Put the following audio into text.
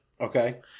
Okay